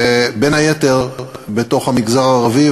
בין היתר במגזר הערבי,